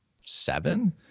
seven